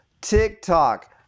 TikTok